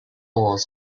wars